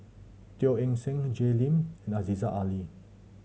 Teo Eng Seng Jay Lim and Aziza Ali